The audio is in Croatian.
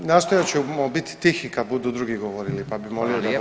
Nastojat ćemo biti tihi kad budu drugi govorili, pa bi molio…